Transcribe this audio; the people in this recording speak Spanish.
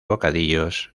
bocadillos